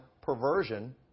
perversion